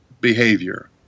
behavior